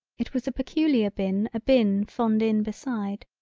it was a peculiar bin a bin fond in beside.